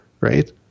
right